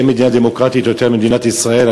אין מדינה דמוקרטית יותר ממדינת ישראל.